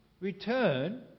return